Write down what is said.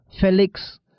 Felix